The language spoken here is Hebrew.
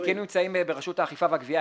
התיקים נמצאים ברשות האכיפה והגבייה,